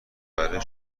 برای